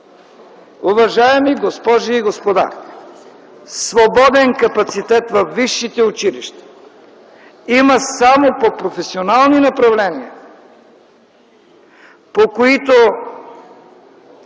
Уважаеми госпожи и господа, свободен капацитет във висшите училища има само по професионални направления, по които